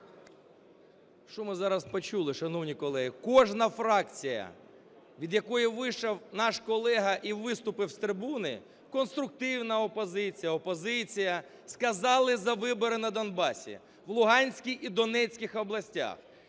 Що ми зараз почули, шановні колеги? Кожна фракція, від якої вийшов наш колега і виступив з трибуни, конструктивна опозиція, опозиція сказали за вибори на Донбасі, в Луганській і Донецьких областях.